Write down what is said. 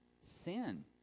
sin